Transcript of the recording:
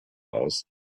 aus